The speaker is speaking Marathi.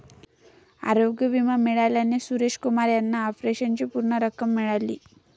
आरोग्य विमा मिळाल्याने सुरेश कुमार यांना ऑपरेशनची पूर्ण रक्कम मिळाली